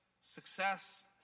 success